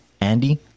Andy